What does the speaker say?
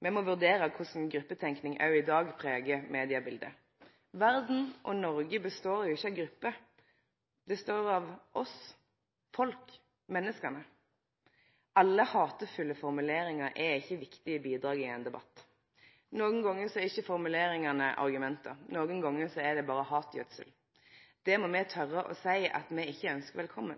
Me må vurdere korleis gruppetenking òg i dag pregar mediebiletet. Verda og Noreg består jo ikkje av grupper, det består av oss, av folk – menneska. Alle hatefulle formuleringar er ikkje viktige bidrag i ein debatt. Nokre gonger er ikkje formuleringane argument, nokre gonger er det berre hatgjødsel, og det må me